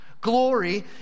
Glory